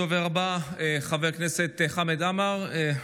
הדובר הבא, חבר הכנסת חמד עמאר,